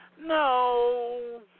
No